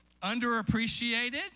underappreciated